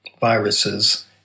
viruses